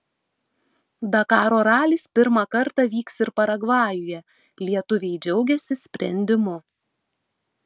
dakaro ralis pirmą kartą vyks ir paragvajuje lietuviai džiaugiasi sprendimu